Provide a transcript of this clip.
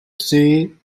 tři